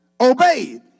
obeyed